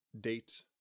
Date